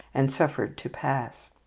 and suffered to pass.